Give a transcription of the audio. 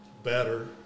Better